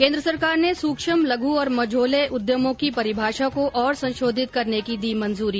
केन्द्र सरकार ने सूक्ष्म लघु और मझोले उद्यमों की परिभाषा को और संशोधित करने की दी मंजूरी